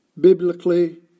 biblically